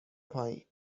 پایین